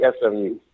SMU